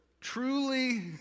truly